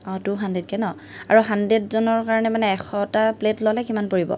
অঁ টু হাণ্ড্ৰেডকৈ ন আৰু হাণ্ড্ৰেডজনৰ কাৰণে মানে এশটা প্লেট ল'লে কিমান পৰিব